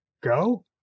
go